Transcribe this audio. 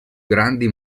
grandi